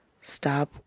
stop